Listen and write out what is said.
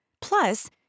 Plus